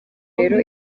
rero